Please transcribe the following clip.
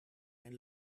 mijn